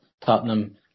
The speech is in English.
Tottenham